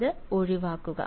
അത് ഒഴിവാക്കുക